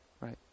right